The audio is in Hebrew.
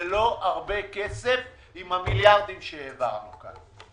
זה לא הרבה כסף עם המיליארדים שהעברנו כאן.